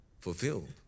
fulfilled